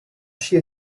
she